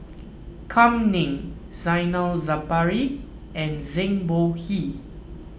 Kam Ning Zainal Sapari and Zhang Bohe